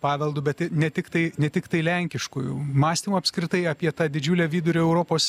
paveldu bet ne tiktai ne tiktai lenkiškuoju mąstymu apskritai apie tą didžiulę vidurio europos